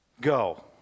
go